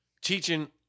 teaching